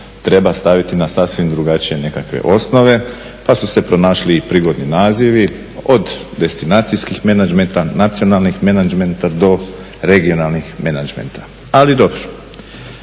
treba staviti na sasvim drugačije nekakve osnove pa su se pronašli i prigodni nazivi, od destinacijskih menadžmenta, nacionalnih menadžmenta do regionalnih menadžmenta. Ali dobro.